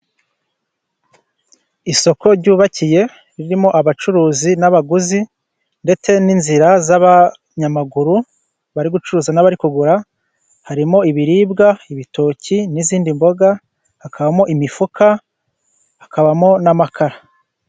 Isoko ryubakiye ririmo abacuruzi n'abaguzi, ndetse n'inzira z'abanyamaguru bari gucuruza n'abari kugura. Harimo ibiribwa ibitoki n'izindi mboga, hakabamo imifuka hakabamo n'amakara.